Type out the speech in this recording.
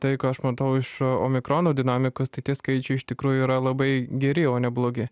tai ką aš matau iš omikronų dinamikos tai tie skaičiai iš tikrųjų yra labai geri o ne blogi